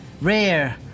rare